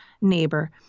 neighbor